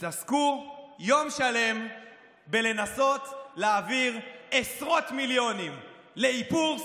התעסקו יום שלם בלנסות להעביר עשרות מיליונים לאיפור,